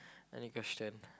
any question